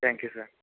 thank you sir